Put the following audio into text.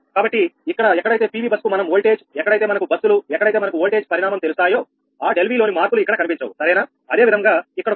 కాబట్టి ఇక్కడ ఎక్కడైతే PV బస్ కు మనకు ఓల్టేజ్ఎక్కడైతే మనకు బస్సులుఎక్కడైతే మనకు ఓల్టేజ్ పరిణామం తెలుస్తాయో ఆ ∆𝑉 లోని మార్పులు ఇక్కడ కనిపించవు సరేనా అదే విధంగా ఇక్కడ కూడా